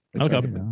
Okay